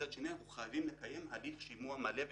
מצד שני אנחנו חייבים לקיים הליך שימוע מלא ותקין,